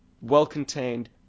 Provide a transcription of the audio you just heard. well-contained